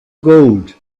gold